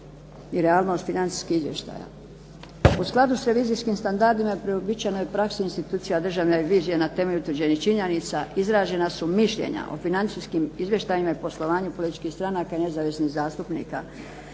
i realnost financijskih izvještaja. U skladu s revizijskim standardima uobičajena je praksa institucija državne revizije na temelju utvrđenih činjenica izražena su mišljenja o financijskim izvještajima i o poslovanju političkih stranaka i nezavisnih zastupnika.